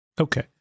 Okay